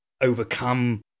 overcome